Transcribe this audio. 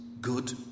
good